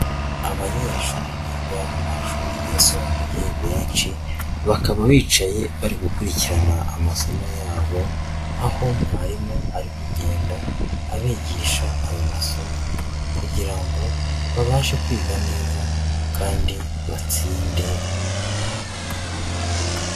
Abanyeshuri biga mu mashuri yisumbuye benshi, bakaba bicaye bari gukurikirana amasomo yabo, aho mwarimu ari kugenda abigisha ayo masomo kugira ngo babashe kwiga neza kandi batsinde.